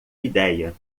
ideia